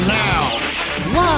now